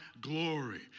glory